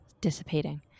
dissipating